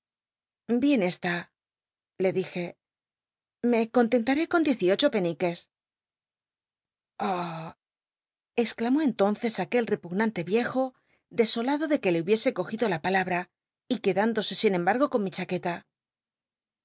dien está le dije me contentaré con diez y ocho peniques ob exclamó entonces aquel repugnante viejo desolado de que le hubiese cogido la palabra y qued indosc sin emba rgo con mi chaqueta